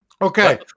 Okay